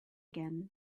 again